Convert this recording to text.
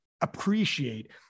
appreciate